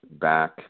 back